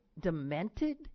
demented